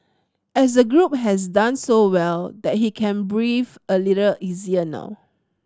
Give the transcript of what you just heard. as the group has done so well that he can breathe a little easier now